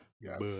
Yes